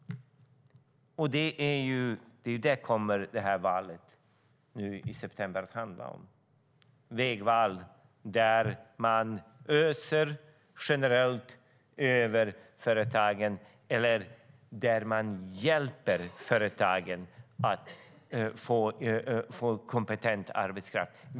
Detta kommer valet i september att handla om. Det är ett vägval där man generellt öser resurser över företagen eller hjälper företagen att få kompetent arbetskraft.